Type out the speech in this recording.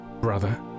Brother